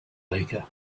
baker